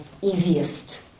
easiest